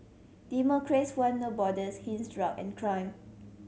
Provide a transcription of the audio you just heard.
democrats want No Borders hence drug and crime